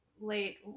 late